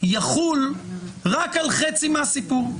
יחול רק על חצי מהסיפור.